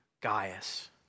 Gaius